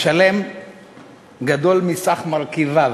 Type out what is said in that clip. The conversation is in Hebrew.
השלם גדול מסך מרכיביו.